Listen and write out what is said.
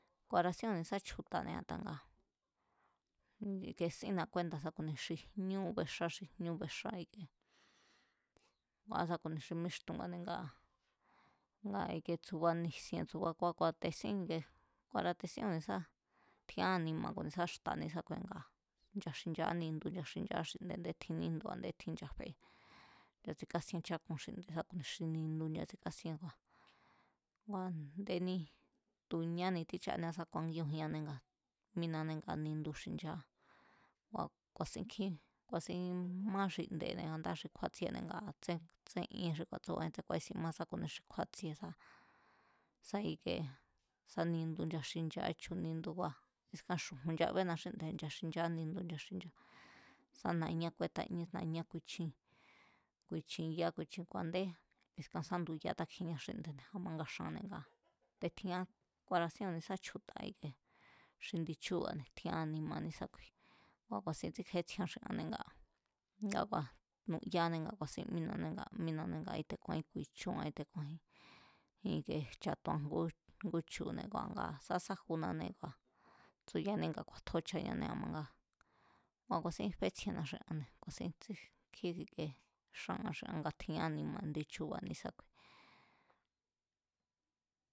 Ku̱a̱ra̱sín ku̱nisá chju̱ta̱ne̱ a̱ta nga sínna kúénda̱ sá ku̱ ni xi jñú, bexa xi jñú bexa ikie, ngua̱ sa ku̱ni xi míxtunba̱ne̱ ngaa̱, ngaa̱ tsubá nisien tsúba kua̱ ku̱a̱te̱sín ikie, ku̱a̱ra̱te̱sín ku̱isá tjián anima̱ ku̱nisá xta̱ ne̱sákuine̱ nga ncha xinchará nindu ncha xinchará xinde̱ a̱nde tjin níndu a̱ndé nchafe nchatsikásien chákun xi nde̱ sá ku̱ni xi nindu nchatsíkásíén ngua̱ ngu a̱ndéní tu̱ ñáni tíchania sá kuangíóo̱jíannée̱ ngaa̱ mínanée̱ nga nindu xi̱nchá. Ngua̱ ku̱a̱sin kjí, ku̱a̱sin má xinde̱ne̱ ndáa̱ xi kjúátsiené tsén íénjín xi ku̱a̱tsúu̱ tsén ku̱a̱ísin má sá ku̱nia xí kúátsiesá, sá i̱kie sá nidu nchaxinchaá chu̱ nindu, ngua̱ askan xu̱ju̱n nchabena xínde̱, nchaxinchará nindu nchaxinchá. Sá nañá kúétáñí sa nañá kúíchjí ya ku̱i̱chin ku a̱ndé, askan sá ndu̱yaá takjian xínde̱ a̱ ma nxaane̱ nga te̱ tjián, ku̱a̱ra̱sín ku̱nisá chju̱ta̱ ike xi indi chúu̱ba̱ tjián anima̱ ni̱ísákui, ngua̱ ku̱a̱sin tsíkjétsjiean xi anne̱ ngaa̱ nga ba̱ nuyáanée̱ nga ku̱a̱sín mínanée̱ ngaa̱ mínanée̱ nga íte̱ku̱a̱jín ku̱i̱chua̱n nga íte̱ku̱a̱jín i̱ke jcha̱toan ngú chu̱ne̱ ngaa̱ sá sájunanée̱ ngaa̱ tsúyani nga ku̱a̱tjóchañanee̱ a̱ma nga ngua̱ ku̱a̱sín fétsjiena xi anne̱, ku̱a̱sín tsij ku̱a̱sín kjí ike xaan xí an nga tjian anima̱ chu̱ba̱ ni̱ísákui.